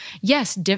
Yes